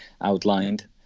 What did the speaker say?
outlined